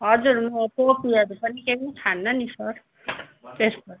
हजुर म केही खान्न नि सर